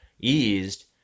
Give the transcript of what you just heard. eased